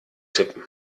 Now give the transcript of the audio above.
tippen